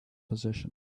position